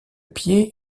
pied